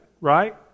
right